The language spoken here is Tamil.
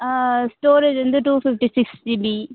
ஸ்டோரேஜ் வந்து டூ ஃபிஃப்ட்டி சிக்ஸ் ஜிபி